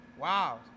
Wow